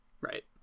right